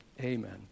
amen